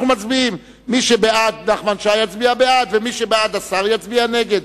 אנחנו מצביעים מי שבעד נחמן שי יצביע בעד ומי שבעד השר יצביע נגד.